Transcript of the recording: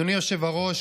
אדוני היושב-ראש,